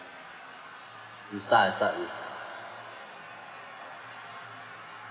you start I start you